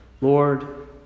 Lord